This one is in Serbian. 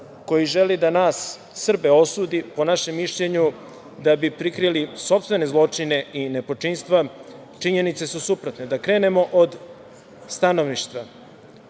koji želi da nas Srbe osudi po našem mišljenju da bi prikrili sopstvene zločine i nepočinstva, činjenice su suprotne. Da krenemo od stanovništva.